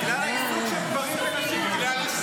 בגלל העיסוק של גברים בנשים נגביל נשים,